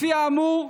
לפי האמור,